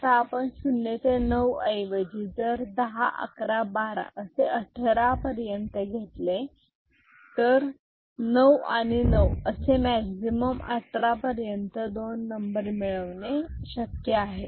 आता पण शून्य ते नऊ ऐवजी जर दहा अकरा बारा असे अठरा पर्यंत घेतले तर नऊ आणि नऊ असे मॅक्झिमम अठरा पर्यंत दोन नंबर मिळवणे शक्य आहे